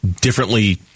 differently